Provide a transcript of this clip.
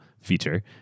Feature